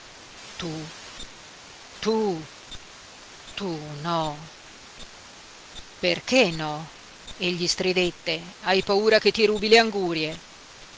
tu tu tu no perché no egli stridette hai paura che ti rubi le angurie